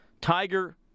Tiger